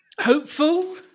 Hopeful